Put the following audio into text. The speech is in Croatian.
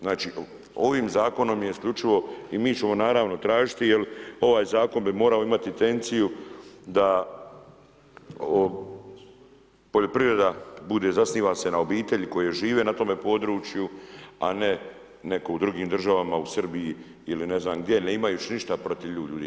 Znači ovim zakonom je isključivo i mi ćemo naravno tražiti, jer ovaj zakon bi morao imati intenciju da poljoprivreda bude, zasniva se na obitelji koje žive na tome području u drugim državama u Srbiji ili ne znam gdje ne imajući ništa protiv ljudi.